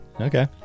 okay